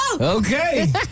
Okay